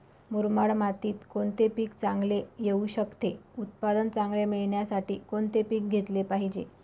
मुरमाड मातीत कोणते पीक चांगले येऊ शकते? उत्पादन चांगले मिळण्यासाठी कोणते पीक घेतले पाहिजे?